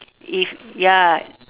if ya